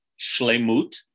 shlemut